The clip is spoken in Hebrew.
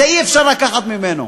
את זה אי-אפשר לקחת ממנו.